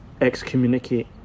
excommunicate